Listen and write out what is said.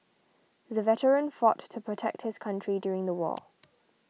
the veteran fought to protect his country during the war